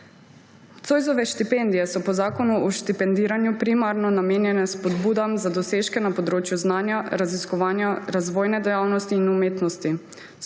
Zoisove štipendije so po Zakonu o štipendiranju primarno namenjene spodbudam za dosežke na področju znanja, raziskovanja, razvojne dejavnosti in umetnosti.